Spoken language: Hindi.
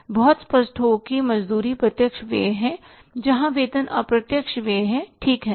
बहुत स्पष्ट हो कि मजदूरी प्रत्यक्ष व्यय है जहां वेतन अप्रत्यक्ष व्यय है ठीक है ना